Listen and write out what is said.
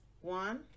One